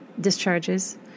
discharges